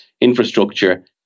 infrastructure